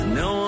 no